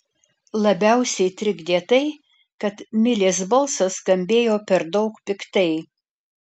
labiausiai trikdė tai kad milės balsas skambėjo per daug piktai